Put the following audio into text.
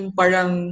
parang